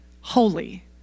holy